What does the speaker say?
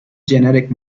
genetic